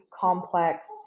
complex